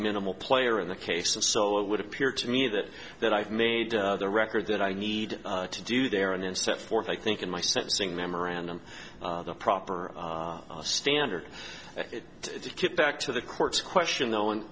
minimal player in the case of so it would appear to me that that i've made the record that i need to do there and then set forth i think in my sentencing memorandum the proper standard to get back to the court's question though and